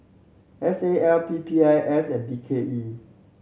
S A L P P I S and B K E